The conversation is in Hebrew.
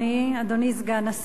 אדוני סגן השר,